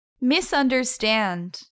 misunderstand